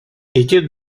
ити